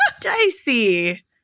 Dicey